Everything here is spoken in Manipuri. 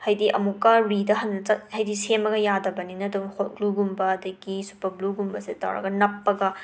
ꯍꯥꯏꯗꯤ ꯑꯃꯨꯛꯀ ꯔꯤꯗ ꯍꯟ ꯆꯠ ꯍꯥꯏꯗꯤ ꯁꯦꯝꯃꯒ ꯌꯥꯗꯕꯅꯤꯅ ꯑꯗꯨꯝ ꯍꯣꯠ ꯒ꯭ꯂꯨꯒꯨꯝꯕ ꯑꯗꯒꯤ ꯁꯨꯄꯒ꯭ꯂꯨꯒꯨꯝꯕꯁꯦ ꯇꯧꯔꯒ ꯅꯞꯄꯒ